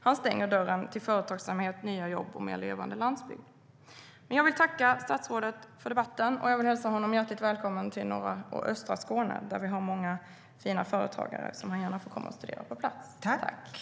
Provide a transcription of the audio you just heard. Han stänger dörren till företagsamhet, nya jobb och mer levande landsbygd.